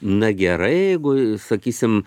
na gerai jeigu sakysim